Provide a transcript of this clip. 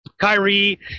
Kyrie